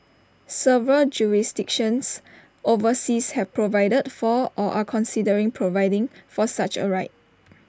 several jurisdictions overseas have provided for or are considering providing for such A right